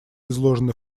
изложены